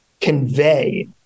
convey